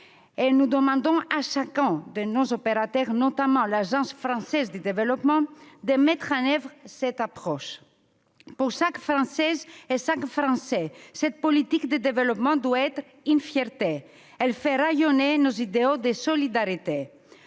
Nous demandons à chacun de nos opérateurs, notamment à l'Agence française de développement, de mettre en oeuvre cette approche. Pour chaque Français, cette politique de développement doit être une fierté. Elle fait rayonner nos idéaux de solidarité.